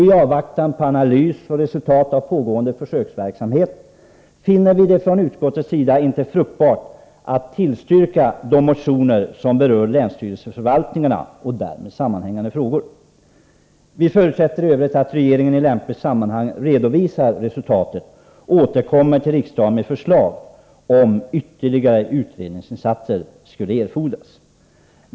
I avvaktan på analys och resultat av pågående försöksverksamhet finner vi det från utskottets sida inte fruktbart att tillstyrka de motioner som berör länsstyrelseförvaltningarna och därmed sammanhängande frågor. Vi förutsätter i övrigt att regeringen i lämpligt sammanhang redovisar resultaten och återkommer till riksdagen med förslag, om ytterligare utredningsinsatser skulle erfordras.